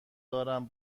دارم